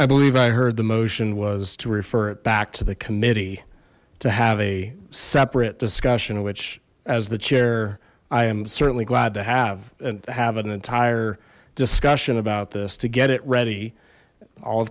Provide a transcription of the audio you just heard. i believe i heard the motion was to refer it back to the committee to have a separate discussion which as the chair i am certainly glad to have and have an entire discussion about this to get it ready all